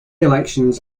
elections